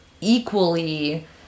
equally